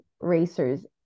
racers